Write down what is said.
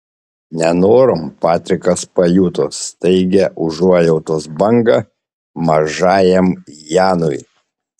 nenorom patrikas pajuto staigią užuojautos bangą mažajam janui